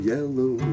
Yellow